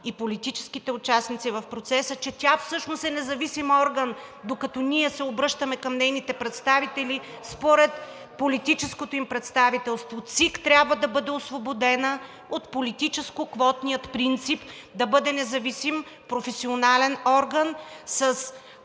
и политическите участници в процеса, че тя всъщност е независим орган, тоест, докато се обръщаме към нейните представители според политическото им представителство. ЦИК трябва да бъде освободена от политическоквотния принцип и да бъде независим професионален орган